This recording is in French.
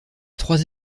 trois